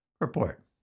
Report